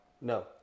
No